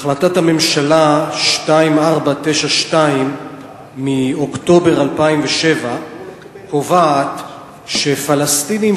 החלטת הממשלה מס' 2492 מ-28 באוקטובר 2007 קובעת שפלסטינים